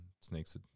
snakes